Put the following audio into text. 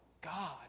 God